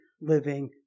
living